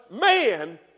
man